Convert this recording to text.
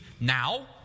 now